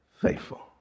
faithful